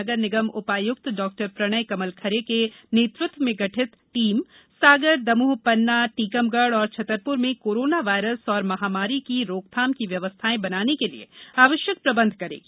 नगर निगम उपायुक्त डा प्रणय कमल खरे के नेतृत्व में गठित टीम सागर दमोह पन्ना टीकमगढ एवं छतरपुर में कोरोना वायरस एवं महामारी की रोकथाम की व्यवस्थाएं बनाने के लिए आवष्यक प्रबंध करेगी